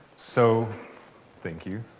so thank you.